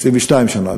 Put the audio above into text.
22 שנה,